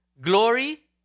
Glory